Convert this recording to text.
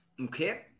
Okay